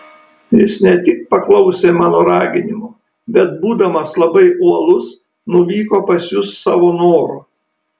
jis ne tik paklausė mano raginimo bet būdamas labai uolus nuvyko pas jus savo noru